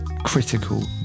critical